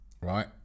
right